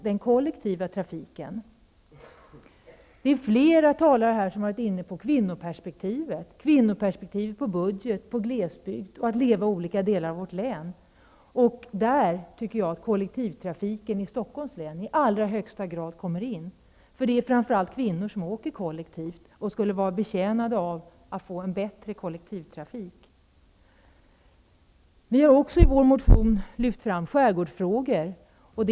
Den kollektiva trafiken bör stärkas. Flera talare har varit inne på kvinnoperspektivet när det gäller budget, glesbygd och att leva i olika delar av vårt län. Jag tycker att kollektivtrafiken i Stockholms län i allra högsta grad kommer in i den diskussionen. Det är framför allt kvinnor som åker kollektivt och skulle vara betjänta av att få en bättre kollektivtrafik. Vi i Vänsterpartiet har också lyft fram skärgårdsfrågor i motionen.